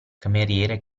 cameriere